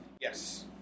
Yes